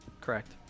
Correct